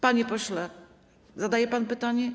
Panie pośle, zadaje pan pytanie?